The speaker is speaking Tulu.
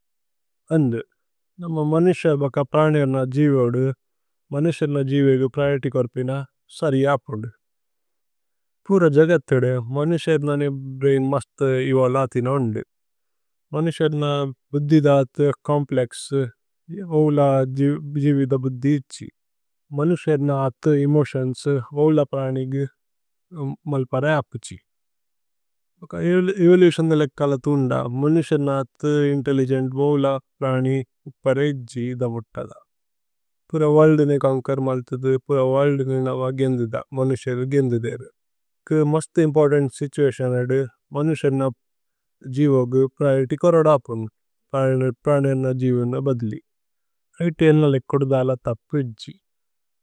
അന്ദ് നമ മനുസ്യ ബക പ്രന്ജേര്ന ജിവേ ഓദു। മനുസ്യര്ന ജിവേഗേ പ്രരേതി കോര്പിന സരി അപുദു। പുര ജഗഥിദേ മനുസ്യര്ന നേ ബ്രൈന് മസ്ത് ഏവോല। അഥിന് ഓന്ദു മനുസ്യര്ന ബുദ്ധിദത് കോമ്പ്ലേക്സ് ഓവുല। ജിവിദ ബുദ്ധിദ്ജി മനുസ്യര്ന അഥ് ഏമോതിഓന്സ് ഓവുല। പ്രന്ജിഗേ മല്പരേ അപുജി ഏവലുഅസ്യന്ദ। ലേക്കല തുന്ദ മനുസ്യര്ന അഥ് ഇന്തേല്ലിഗേന്ത് ഓവുല। പ്രന്ജി ഉപരൈ ജിവിദ വുത്തദ പുര വല്ദിനേ കന്കര്। മല്ഥിദു പുര വല്ദിനേ നമ ഗേന്ദിദ മനുസ്യരു। ഗേന്ദിദേരു ഏക് മസ്ത് ഇമ്പോര്തന്ത് സിതുഅസ്യോന് ഏദു മനുസ്। യര്ന ജിവോഗു പ്രരേതി കോരോദ അപുന്ദു। പ്രന്ജേര്ന ജിവിന ബദ്ലി ഐഥേന ലേക്കുദു ദാല। തപ്പു ജിവിദി।